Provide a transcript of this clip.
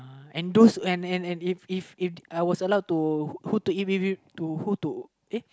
and those and and and if if If I was allowed to who to eat it with to who to uh